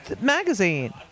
magazine